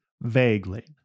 Vaguely